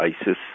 ISIS